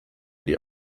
die